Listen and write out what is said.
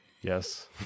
Yes